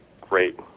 great